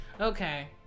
Okay